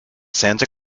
santa